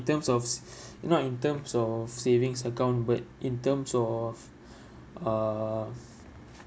terms of not in terms of savings account but in terms of uh